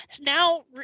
Now